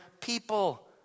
people